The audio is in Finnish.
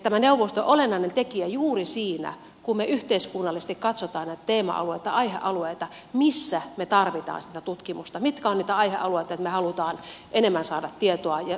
tämä neuvosto on olennainen tekijä juuri siinä kun me yhteiskunnallisesti katsomme näitä teema alueita aihealueita missä me tarvitsemme sitä tutkimusta mitkä ovat niitä aihealueita joista me haluamme enemmän saada tutkimustietoa oikeata puhdasta tutkimustietoa